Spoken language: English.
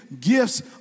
gifts